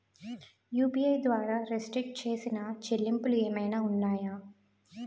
UPI ద్వారా restrict చేసిన చెల్లింపులు ఏమైనా ఉన్నాయా?